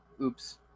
Oops